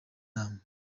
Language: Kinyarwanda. inama